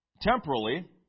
temporally